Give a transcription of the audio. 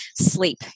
sleep